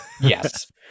Yes